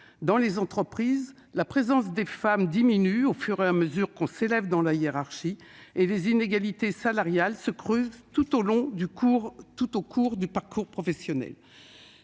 Dans les entreprises, la présence des femmes diminue au fur et à mesure qu'on s'élève dans la hiérarchie et les inégalités salariales se creusent au long du parcours professionnel.